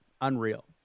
Unreal